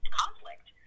conflict